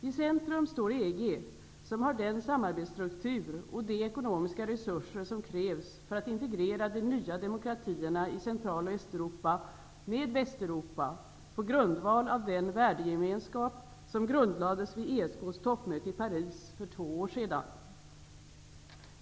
I centrum står EG, som har den samarbetsstruktur och de ekonomiska resurser som krävs för att integrera de nya demokratierna i Central och Östeuropa med Västeuropa på grundval av den värdegemenskap som grundlades vid ESK:s toppmöte i Paris för två år sedan.